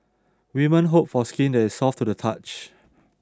women hope for skin that is soft to the touch